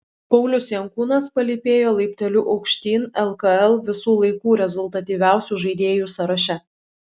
paulius jankūnas palypėjo laipteliu aukštyn lkl visų laikų rezultatyviausių žaidėjų sąraše